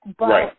Right